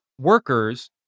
workers